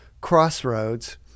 Crossroads